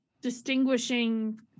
distinguishing